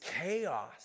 chaos